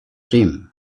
dream